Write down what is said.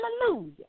Hallelujah